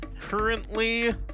Currently